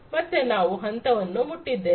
ಮತ್ತೆ ನಾವು ಹಂತವನ್ನು ಮುಟ್ಟಿದ್ದೇವೆ